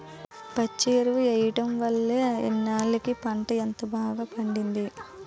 పచ్చి ఎరువు ఎయ్యడం వల్లే ఇన్నాల్లకి పంట ఇంత బాగా పండింది